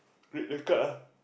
red red card ah